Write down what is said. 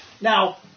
Now